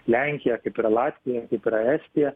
lenkija kaip yra latvija kaip yra estija